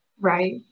right